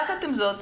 יחד עם זאת,